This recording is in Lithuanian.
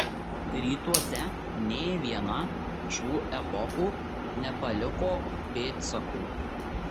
rytuose nė viena šių epochų nepaliko pėdsakų